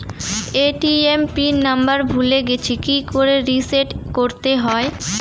ATM pin number ভুলে গেছি কি করে রিসেট করতে হয়?